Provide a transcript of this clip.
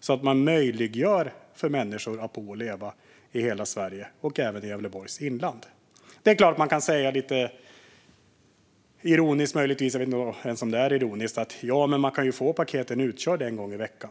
så att man möjliggör för människor att bo och leva i hela Sverige, även i Gävleborgs inland. Man säger, möjligen lite ironiskt, att företagare kan få paketen utkörda en gång i veckan.